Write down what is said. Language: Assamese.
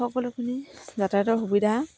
সকলোখিনি যাতায়তৰ সুবিধা